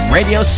Radio